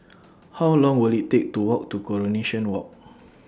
How Long Will IT Take to Walk to Coronation Walk